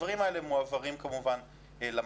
הדברים האלה מועברים למטה,